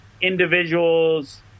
individuals